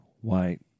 white